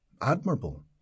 admirable